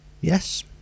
yes